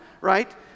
right